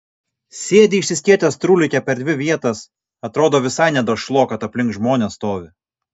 sėdi išsiskėtęs trūlike per dvi vietas atrodo visai nedašlo kad aplink žmones stovi